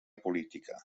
política